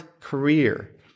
career